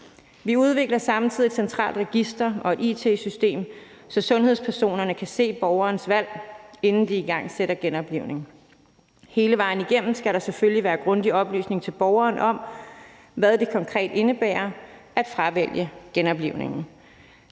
Vi udvikler samtidig et centralt register og et it-system, så sundhedspersonerne kan se borgerens valg, inden de igangsætter genoplivning. Hele vejen igennem skal der selvfølgelig være grundig oplysning til borgeren om, hvad det konkret indebærer at fravælge genoplivningen.